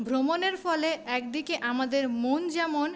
ভ্রমণের ফলে একদিকে আমাদের মন যেমন